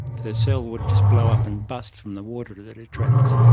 the cell would just blow up and bust from the water that it attracts.